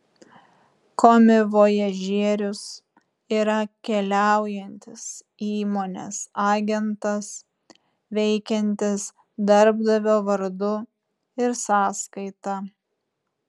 komivojažierius yra keliaujantis įmonės agentas veikiantis darbdavio vardu ir sąskaita